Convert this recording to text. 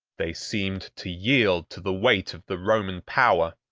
they seemed to yield to the weight of the roman power,